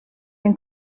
den